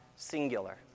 ...singular